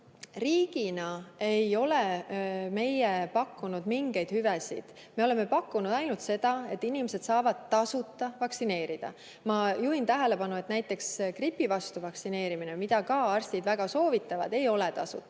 Riigina ei ole meie pakkunud mingeid hüvesid. Me oleme pakkunud ainult seda, et inimesed saavad tasuta vaktsineerida. Ma juhin tähelepanu, et näiteks gripi vastu vaktsineerimine, mida ka arstid väga soovitavad, ei ole tasuta,